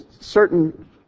certain